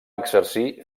exercir